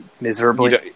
miserably